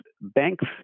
banks